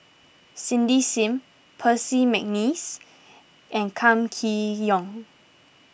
Cindy Sim Percy McNeice and Kam Kee Yong